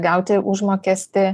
gauti užmokestį